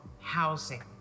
housing